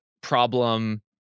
problem